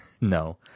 No